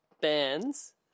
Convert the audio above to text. bands